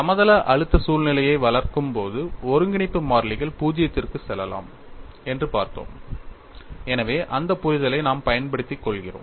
சமதள அழுத்த சூழ்நிலையை வளர்க்கும் போது ஒருங்கிணைப்பு மாறிலிகள் பூஜ்ஜியத்திற்கு செல்லலாம் என்று பார்த்தோம் எனவே அந்த புரிதலை நாம் பயன்படுத்திக் கொள்கிறோம்